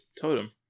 Totem